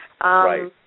Right